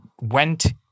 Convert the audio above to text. went